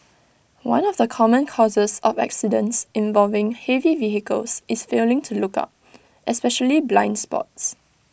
one of the common causes of accidents involving heavy vehicles is failing to look out especially blind spots